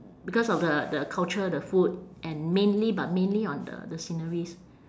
because of the the culture the food and mainly but mainly on the the sceneries